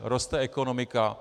Roste ekonomika.